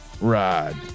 ride